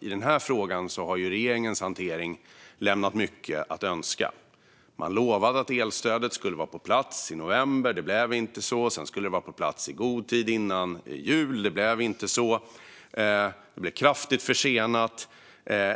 I den här frågan har regeringens hantering lämnat mycket att önska. Man lovade att elstödet skulle vara på plats i november. Det blev inte så. Sedan skulle det vara på plats i god tid innan jul, men det blev inte så. Det blev kraftigt försenat.